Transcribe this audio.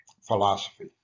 philosophy